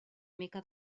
mica